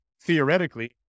theoretically